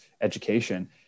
education